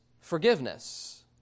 forgiveness